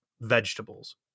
vegetables